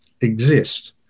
exist